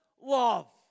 love